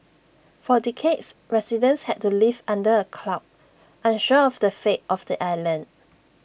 for decades residents had to live under A cloud unsure of the fate of the island